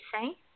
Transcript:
say